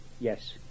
Yes